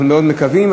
אנחנו מאוד מקווים.